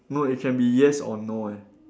no it can be yes or no eh